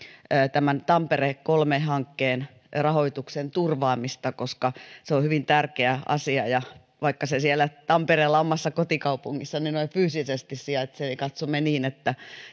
tampere kolme hankkeen rahoituksen turvaamista koska se on hyvin tärkeä asia vaikka se siellä tampereella omassa kotikaupungissani noin fyysisesti sijaitsee niin katsomme niin että